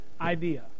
idea